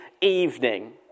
evening